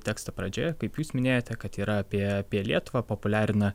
teksto pradžioje kaip jūs minėjote kad yra apie apie lietuvą populiarina